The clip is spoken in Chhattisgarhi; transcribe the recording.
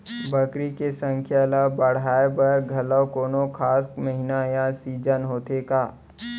बकरी के संख्या ला बढ़ाए बर घलव कोनो खास महीना या सीजन होथे का?